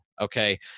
Okay